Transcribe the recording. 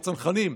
בצנחנים,